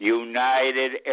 united